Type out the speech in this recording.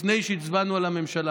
לפני שהצבענו על הממשלה,